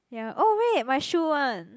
ya oh wait my shoe one